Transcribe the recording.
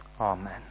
Amen